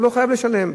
הוא לא חייב לשלם.